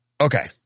Okay